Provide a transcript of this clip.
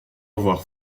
avoir